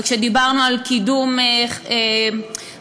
ודיברנו על קידום הפיקוח,